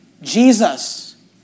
Jesus